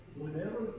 Whenever